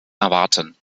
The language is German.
erwarten